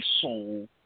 soul